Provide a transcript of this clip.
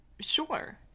Sure